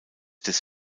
des